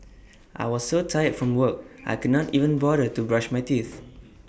I was so tired from work I could not even bother to brush my teeth